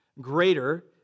greater